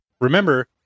Remember